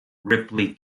ripley